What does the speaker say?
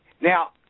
Now